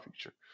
future